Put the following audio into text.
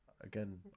again